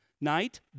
night